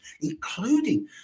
including